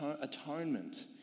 atonement